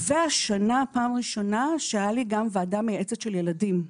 והשנה פעם ראשונה שהיה לי גם ועדה מייעצת של ילדים.